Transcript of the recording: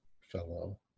fellow